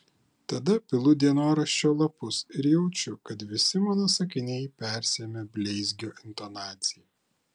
tada pilu dienoraščio lapus ir jaučiu kad visi mano sakiniai persiėmę bleizgio intonacija